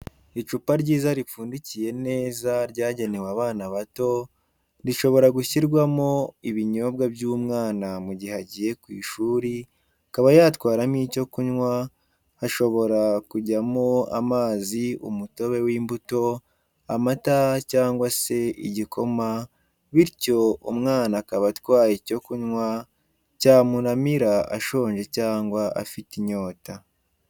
Icupa ryiza ripfundikiye neza ryagenewe abana bato rishobora gushyirwamo ibinyobwa by'umwana mu gihe agiye ku ishuri akaba yatwaramo icyo kunywa hashobora kujyamo amazi umutobe w'imbuto, amata cyangwa se igikoma bityo umwana akaba atwaye icyo kunywa cyamuramira ashonje cyangwa afite inyota